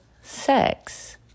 sex